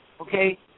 okay